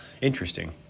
Interesting